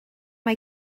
mae